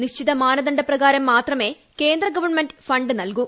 നിശ്ചിത മാനദണ്ഡപ്രകാരം മാത്രമേ കേന്ദ്ര ഗവൺമെന്റ് ഫണ്ട് നൽകൂ